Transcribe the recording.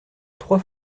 trois